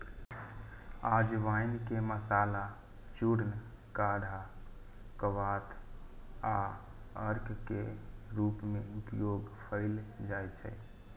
अजवाइन के मसाला, चूर्ण, काढ़ा, क्वाथ आ अर्क के रूप मे उपयोग कैल जाइ छै